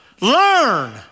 Learn